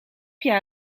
jij